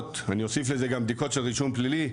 ואני אוסיף לזה גם בדיקות של רישום פלילי,